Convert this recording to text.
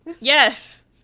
yes